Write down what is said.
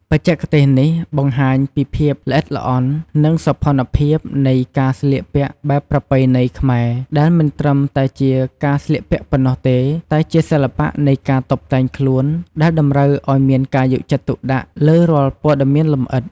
បច្ចេកទេសនេះបង្ហាញពីភាពល្អិតល្អន់ និងសោភ័ណភាពនៃការស្លៀកពាក់បែបប្រពៃណីខ្មែរ ដែលមិនត្រឹមតែជាការស្លៀកពាក់ប៉ុណ្ណោះទេ តែជាសិល្បៈនៃការតុបតែងខ្លួនដែលតម្រូវឲ្យមានការយកចិត្តទុកដាក់លើរាល់ព័ត៌មានលម្អិត។